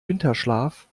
winterschlaf